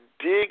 Dig